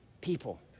people